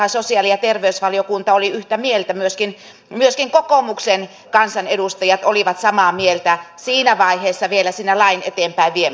silloinhan sosiaali ja terveysvaliokunta oli yhtä mieltä myöskin kokoomuksen kansanedustajat olivat samaa mieltä siinä vaiheessa vielä siinä lain eteenpäinviemisessä